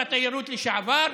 שר התיירות לשעבר,